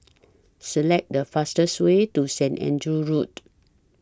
Select The fastest Way to Saint Andrew's Road